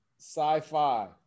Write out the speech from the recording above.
Sci-fi